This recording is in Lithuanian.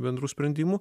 bendrų sprendimų